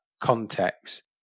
context